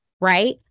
right